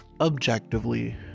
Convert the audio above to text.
objectively